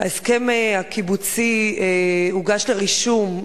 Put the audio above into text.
הסכם הקיבוצי הוגש לרישום,